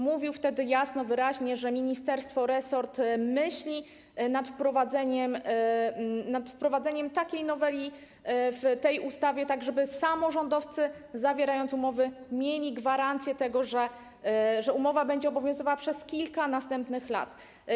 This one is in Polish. Mówił wtedy jasno, wyraźnie, że ministerstwo, resort myśli nad wprowadzeniem takiej noweli w tej ustawie, żeby samorządowcy zawierając umowy, mieli gwarancję tego, że umowa będzie obowiązywała przez kilka następnych lat.